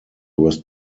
was